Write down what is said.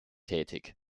tätig